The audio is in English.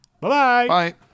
Bye-bye